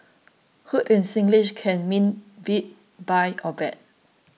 hoot in Singlish can mean beat buy or bet